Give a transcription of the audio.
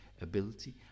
ability